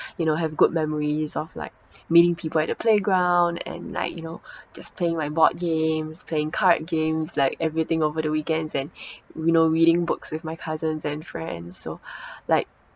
you know have good memories of like meeting people at the playground and like you know just playing my board games playing card games like everything over the weekends and you know reading books with my cousins and friends so like